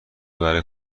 برای